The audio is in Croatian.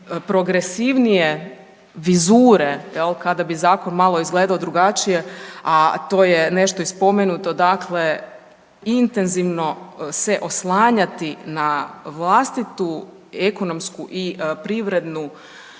progresivnije vizure, je li, kada bi zakon malo izgledao drugačije, a to je nešto i spomenuto dakle intenzivno se oslanjati na vlastitu ekonomsku i privrednu